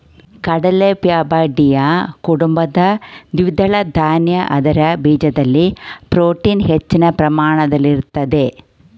ಕಡಲೆ ಫ್ಯಾಬಾಯ್ಡಿಯಿ ಕುಟುಂಬದ ದ್ವಿದಳ ಧಾನ್ಯ ಅದರ ಬೀಜದಲ್ಲಿ ಪ್ರೋಟೀನ್ ಹೆಚ್ಚಿನ ಪ್ರಮಾಣದಲ್ಲಿರ್ತದೆ